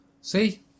See